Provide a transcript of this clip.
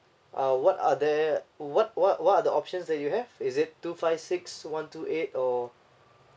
uh what are there what what what are the options that you have is it two five six one two eight or